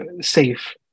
safe